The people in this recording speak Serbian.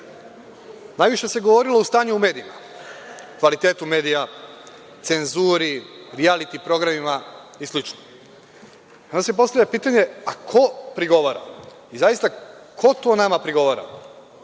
razumom. Najviše se govorilo o stanju u medijima, kvalitetu medija, cenzuri, rijaliti programima i slično. Onda se postavlja pitanje – a ko pregovara? Zaista, ko to nama pregovara?